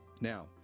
Now